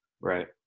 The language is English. right